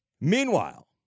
Meanwhile